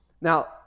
Now